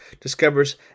discovers